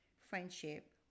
friendship